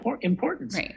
importance